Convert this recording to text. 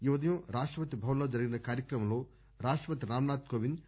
ఈ ఉదయం రాష్టపతి భవన్ లో జరిగిన కార్యక్రమంలో రాష్టపతి రాంనాధ్ కోవింద్